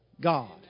God